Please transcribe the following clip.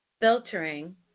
filtering